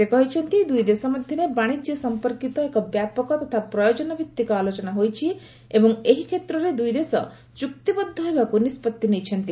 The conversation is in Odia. ସେ କହିଛନ୍ତି ଦୁଇ ଦେଶ ମଧ୍ୟରେ ବାଣିଜ୍ୟ ସମ୍ପର୍କୀତ ଏକ ବ୍ୟାପକ ତଥା ପ୍ରୟୋଜନ ଭିତ୍ତିକ ଆଲୋଚନା ହୋଇଛି ଏବଂ ଏହି କ୍ଷେତ୍ରରେ ଦୁଇ ଦେଶ ଚୁକ୍ତିବଦ୍ଧ ହେବାକୁ ନିଷ୍ପଭି ନେଇଛନ୍ତି